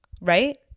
right